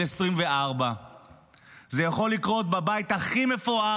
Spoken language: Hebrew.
24. זה יכול לקרות בבית הכי מפואר,